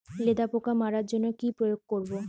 লেদা পোকা মারার জন্য কি প্রয়োগ করব?